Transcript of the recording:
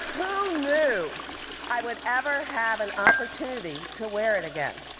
who knew i would ever have an opportunity to wear it again?